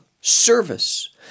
service